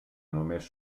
només